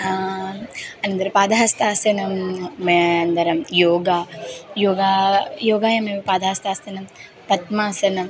अनन्तरं पादहस्तासनं अनन्तरं योगः योगः योगायामेव पादहस्तासनं पद्मासनं